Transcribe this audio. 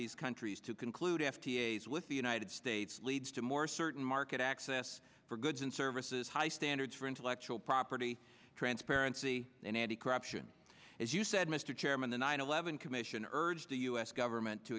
these countries to conclude f t s with the united states leads to more certain market access for goods and services high standards for intellectual property transparency and anticorruption as you said mr chairman the nine eleven commission urged the u s government to